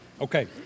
Okay